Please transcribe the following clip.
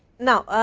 now,